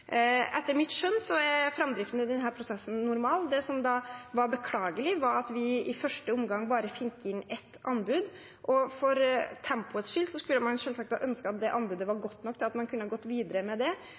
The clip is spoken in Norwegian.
Etter mitt skjønn er framdriften i denne prosessen normal. Det som var beklagelig, var at vi i første omgang bare fikk inn ett anbud. For tempoets skyld skulle man selvsagt ønsket at det anbudet var